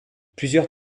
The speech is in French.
plusieurs